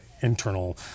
internal